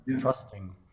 trusting